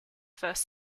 first